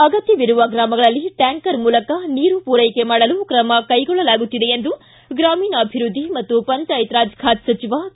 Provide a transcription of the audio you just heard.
ಅಗತ್ತವಿರುವ ಗ್ರಾಮಗಳಲ್ಲಿ ಟ್ಟಾಂಕರ್ ಮೂಲಕ ನೀರು ಪೂರೈಕೆ ಮಾಡಲು ಕೈಕೊಳ್ಳಲಾಗುತ್ತಿದೆ ಎಂದು ಗ್ರಾಮೀಣಾಭಿವೃದ್ಧಿ ಮತ್ತು ಪಂಚಾಯತ್ ರಾಜ್ ಖಾತೆ ಸಚಿವ ಕೆ